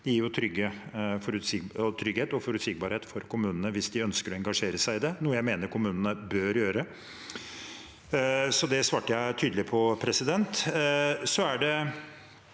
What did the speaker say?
Det gir trygghet og forutsigbarhet for kommunene hvis de ønsker å engasjere seg i det, noe jeg mener kommunene bør gjøre, så det svarte jeg tydelig på. Så til